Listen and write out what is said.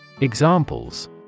Examples